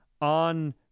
on